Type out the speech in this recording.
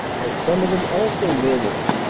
as some of them also murmured,